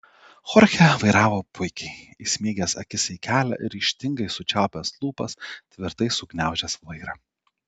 chorchė vairavo puikiai įsmeigęs akis į kelią ryžtingai sučiaupęs lūpas tvirtai sugniaužęs vairą